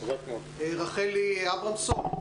רחלי אברמזון.